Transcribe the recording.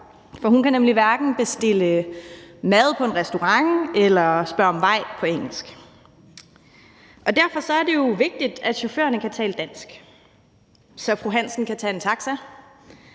for hun kan nemlig hverken bestille mad på en restaurant eller spørge om vej på engelsk. Derfor er det jo vigtigt, at chaufførerne kan tale dansk, så fru Hansen kan tage en taxa,